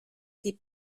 die